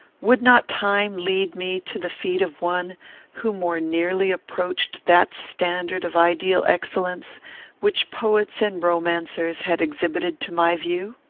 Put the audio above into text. would not time lead me to the feet of one who more nearly approached that standard of ideal excellence which poets and romancers had exhibited to my view?